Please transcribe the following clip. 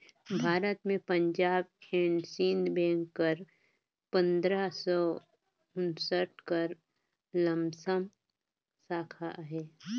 भारत में Punjab and Sindh bank कर पंदरा सव उन्सठ कर लमसम साखा अहे